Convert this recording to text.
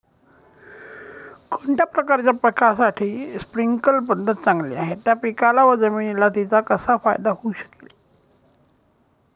कोणत्या प्रकारच्या पिकासाठी स्प्रिंकल पद्धत चांगली आहे? त्या पिकाला व जमिनीला तिचा कसा फायदा होऊ शकेल?